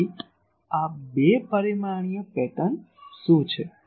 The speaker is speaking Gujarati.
તેથી બે પરિમાણીય પેટર્ન શું છે